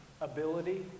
ability